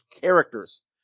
characters